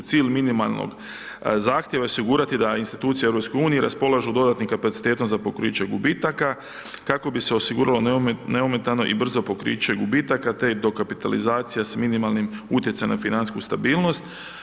Cilj minimalnog zahtjeva je osigurati da institucije EU raspolažu dodatnim kapacitetom za pokriće gubitaka, kako bi se osiguralo neometano i brzo pokriće gubitaka, te dokapitalizacija s minimalnim utjecajem na financijsku stabilnost.